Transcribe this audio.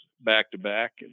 back-to-back